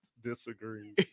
disagree